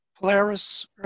Polaris